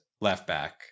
left-back